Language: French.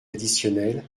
additionnels